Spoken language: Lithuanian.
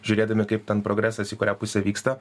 žiūrėdami kaip ten progresas į kurią pusę vyksta